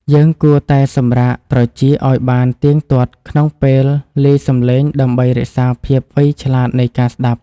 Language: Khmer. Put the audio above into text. យើងគួរតែសម្រាកត្រចៀកឱ្យបានទៀងទាត់ក្នុងពេលលាយសំឡេងដើម្បីរក្សាភាពវៃឆ្លាតនៃការស្ដាប់។